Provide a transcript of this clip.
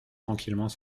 tranquillement